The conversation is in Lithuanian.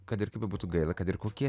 kad ir kaip bebūtų gaila kad ir kokie